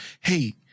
hey